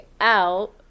out